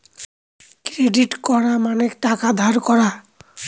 credit করা মানে টাকা ধার করা